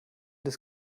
des